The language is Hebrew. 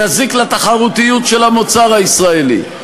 יזיק לתחרותיות של המוצר הישראלי.